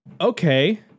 okay